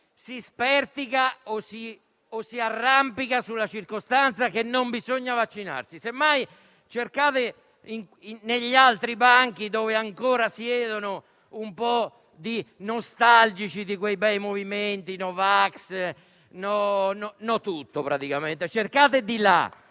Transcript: si spertichi o si arrampichi sulla circostanza che non bisogna vaccinarsi. Semmai, cercate negli altri banchi, dove siedono ancora i nostalgici di quei bei movimenti no vax e no tutto. Cercate di là